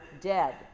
dead